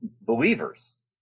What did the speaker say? believers